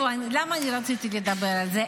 למה רציתי לדבר על זה?